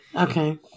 Okay